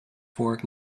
fork